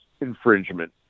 infringement